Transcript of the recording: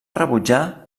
rebutjar